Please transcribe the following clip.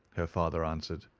her father answered.